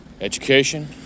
education